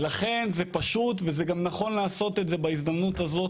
ולכן זה פשוט וגם נכון לעשות את זה בהזדמנות הזאת,